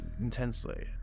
intensely